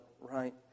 right